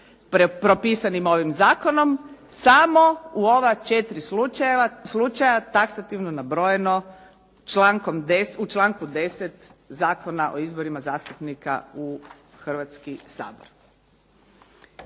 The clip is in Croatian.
propisanim ovim zakonom. Samo u ova četiri slučaja taksativno nabrojano u članku 10. Zakona o izborima zastupnika u Hrvatski sabor.